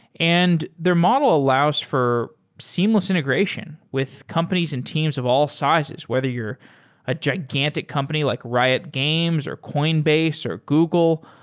and their model allows for seamless integration with companies and teams of all sizes. whether you're a gigantic company like riot games, or coinbase, or google,